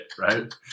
right